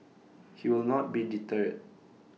he will not be deterred